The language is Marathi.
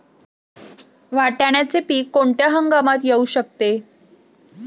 वाटाण्याचे पीक कोणत्या हंगामात येऊ शकते?